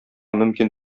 мөмкин